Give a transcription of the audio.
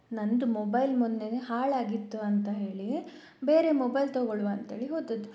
ನನ್ನದು ಮೊಬೈಲ್ ಮೊನ್ನೆ ಹಾಳಾಗಿತ್ತು ಅಂತ ಹೇಳಿ ಬೇರೆ ಮೊಬೈಲ್ ತಗೊಳ್ಳುವ ಅಂತ ಹೇಳಿ ಹೋದದ್ದು